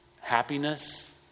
happiness